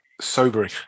sobering